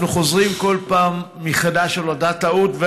אנחנו חוזרים כל פעם מחדש על אותה טעות,